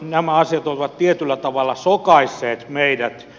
nämä asiat ovat tietyllä tavalla sokaisseet meidät